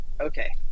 Okay